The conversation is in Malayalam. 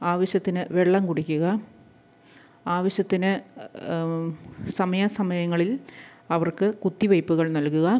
ആവശ്യത്തിന് വെള്ളം കുടിക്കുക ആവശ്യത്തിന് സമയാസമയങ്ങളിൽ അവർക്ക് കുത്തി വയ്പ്പുകൾ നൽകുക